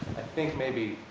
think, maybe,